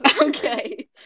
Okay